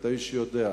אתה איש שיודע.